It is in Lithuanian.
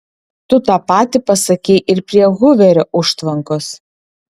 tu tą patį pasakei ir prie huverio užtvankos